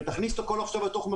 ותכניסו את הכל לתוך מכונות,